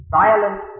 violent